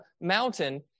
mountain